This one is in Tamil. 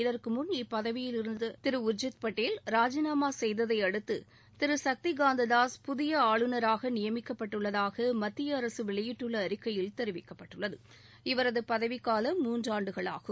இதற்கு முன் இப்பதவியில் இருந்த திரு உர்ஜித் பட்டேல் ராஜினாமா செய்ததை அடுத்துதிரு சக்திகாந்ததாஸ் புதிய ஆளுநராக நியமிக்கப்பட்டுள்ளதாக மத்திய அரசு வெளியிட்டுள்ள அறிக்கையில் தெரிவிக்கப்பட்டுள்ளது இவரது பதவிக் காலம் மூன்றாண்டுகளாகும்